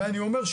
ואני אומר,